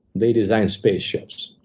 they designed spaceships.